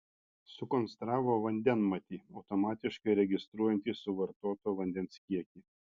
sukonstravo vandenmatį automatiškai registruojantį suvartoto vandens kiekį